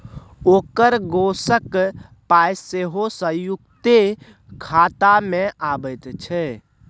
ओकर गैसक पाय सेहो संयुक्ते खातामे अबैत छै